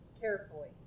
Carefully